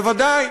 בוודאי.